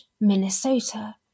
Minnesota